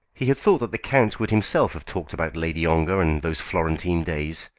he had thought that the count would himself have talked about lady ongar and those florentine days,